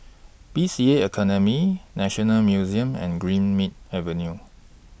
B C A Academy National Museum and Greenmead Avenue